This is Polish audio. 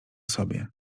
sobie